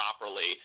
properly